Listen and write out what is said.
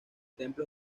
templo